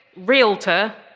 realtor,